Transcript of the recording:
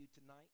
tonight